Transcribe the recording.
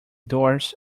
doors